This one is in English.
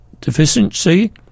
deficiency